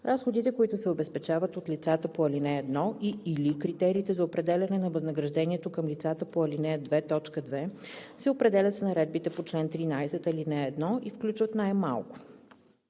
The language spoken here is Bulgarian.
Разходите, които се обезпечават от лицата по ал. 1 и/или критериите за определяне на възнаграждението към лицата по ал. 2, т. 2, се определят с наредбите по чл. 13, ал. 1 и включват най-малко: